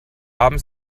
haben